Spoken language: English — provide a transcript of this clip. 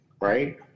right